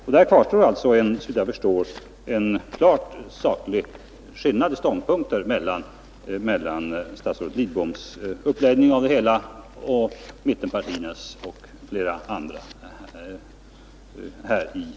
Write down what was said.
Det kvarstår alltså såvitt jag förstår en klart saklig skillnad mellan statsrådet Lidboms uppläggning av det hela och den som förordats av 131 mittenpartierna och flera andra här i kammaren.